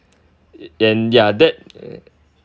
and ya that